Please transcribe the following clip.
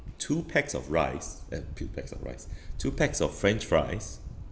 two packs of rice uh two packs of rice two packs of french fries